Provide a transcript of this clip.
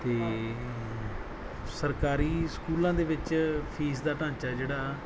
ਅਤੇ ਸਰਕਾਰੀ ਸਕੂਲਾਂ ਦੇ ਵਿੱਚ ਫੀਸ ਦਾ ਢਾਂਚਾ ਜਿਹੜਾ